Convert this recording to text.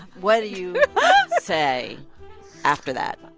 what do you say after that?